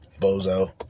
Bozo